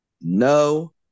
no